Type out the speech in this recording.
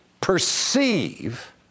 perceive